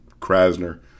Krasner